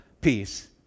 peace